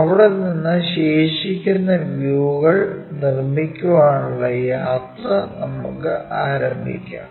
അവിടെ നിന്ന് ശേഷിക്കുന്ന വ്യൂകൾ നിർമ്മിക്കാനുള്ള യാത്ര നമുക്ക് ആരംഭിക്കാം